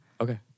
Okay